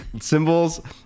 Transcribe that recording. symbols